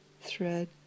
thread